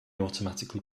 automatically